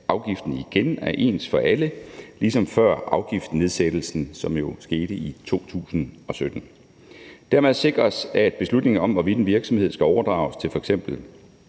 at afgiften igen er ens for alle – ligesom før afgiftsnedsættelsen, som jo skete i 2017. Dermed sikres det, at beslutningen om, hvorvidt en virksomhed skal overdrages til f.eks.